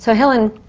so helen,